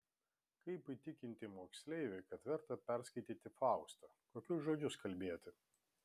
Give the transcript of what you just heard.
kaip įtikinti moksleivį kad verta perskaityti faustą kokius žodžius kalbėti